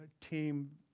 team